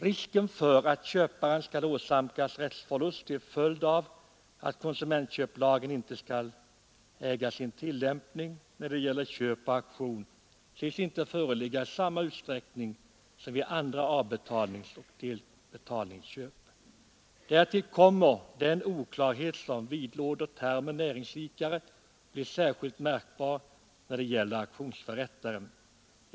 Risken för att köparen skall åsamkas rättsförlust till följd av att konsumentköplagen inte skulle äga sin tillämpning när det gäller köp på auktion synes inte föreligga i samma utsträckning som vid andra avbetalningsoch delbetalningsköp. Därtill kommer att den oklarhet som vidlåder termen näringsidkare blir särskilt märkbar när det gäller auktionsförrättare.